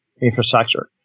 infrastructure